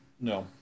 No